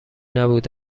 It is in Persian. نبود